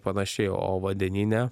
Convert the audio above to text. panašiai o vandenyne